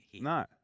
No